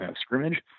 scrimmage